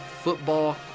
football